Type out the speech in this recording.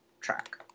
track